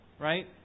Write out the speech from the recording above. Right